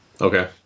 Okay